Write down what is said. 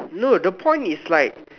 no the point is like